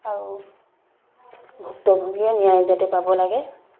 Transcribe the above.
আৰু ভুক্তভোগীয়ে ন্যায় যাতে পাব লাগে